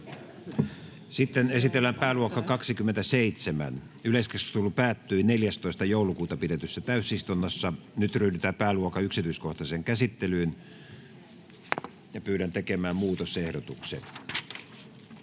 Content: Esitellään pääluokka 27. Yleiskeskustelu päättyi 14.12.2022 pidetyssä täysistunnossa. Nyt ryhdytään pääluokan yksityiskohtaiseen käsittelyyn. [Speech 10] Speaker: